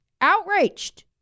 outraged